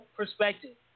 perspective